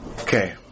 Okay